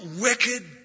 wicked